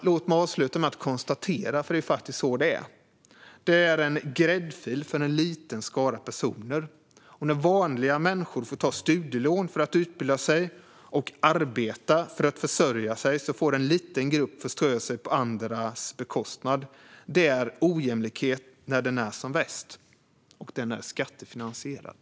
Låt mig avsluta med att konstatera hur det faktiskt är: Detta är en gräddfil för en liten skara personer. När vanliga människor får ta studielån för att utbilda sig och arbeta för att försörja sig får en liten grupp förströ sig på andras bekostnad. Detta är ojämlikhet när den är som värst, och den är skattefinansierad.